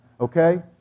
Okay